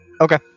Okay